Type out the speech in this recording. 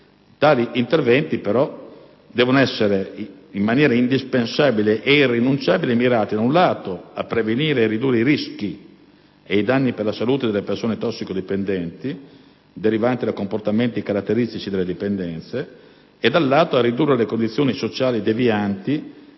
Tali interventi però devono essere in maniera indispensabile e irrinunciabile mirati, da un lato, a prevenire e ridurre i rischi e i danni per la salute delle persone tossicodipendenti, derivanti da comportamenti caratteristici delle tossicodipendenze, e dall'altro a ridurre le condizioni sociali devianti